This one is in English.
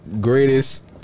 greatest